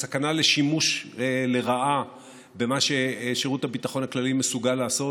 על הסכנה לשימוש לרעה במה ששירות הביטחון הכללי מסוגל לעשות,